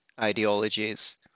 ideologies